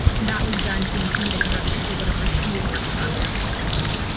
and that was done to intimidate her because of whatever she was working on there for the country.